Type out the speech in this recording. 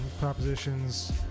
propositions